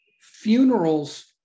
funerals